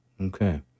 Okay